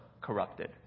corrupted